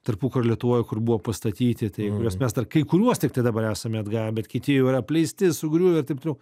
tarpukario lietuvoj kur buvo pastatyti tai kuriuos mes dar kai kuriuos tiktai dabar esam atgavę bet kiti jau yra apleisti sugriuvę ir taip toliau